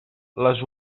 les